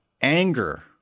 anger